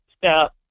step